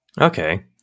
Okay